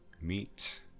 meet